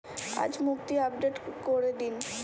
আজ মুক্তি আপডেট করে দিন